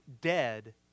dead